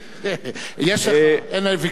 אין הרי ויכוח.